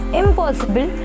impossible